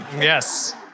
Yes